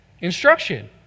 instruction